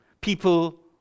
People